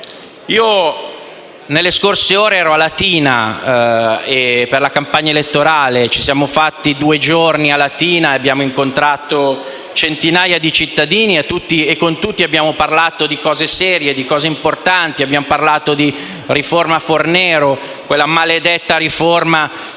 Nelle scorse ore ero a Latina. Per la campagna elettorale ci siamo fatti due giorni a Latina e abbiamo incontrato centinaia di cittadini e con tutti abbiamo parlato di cose serie e importanti. Abbiamo parlato di riforma Fornero, quella maledetta riforma